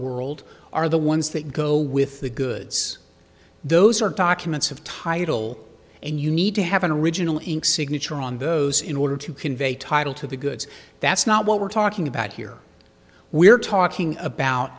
world are the ones that go with the goods those are documents of title and you need to have an original ink signature on those in order to convey title to the goods that's not what we're talking about here we're talking about